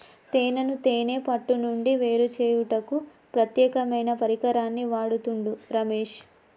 తేనెను తేనే పట్టు నుండి వేరుచేయుటకు ప్రత్యేకమైన పరికరాన్ని వాడుతుండు రమేష్